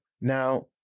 Now